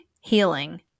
healing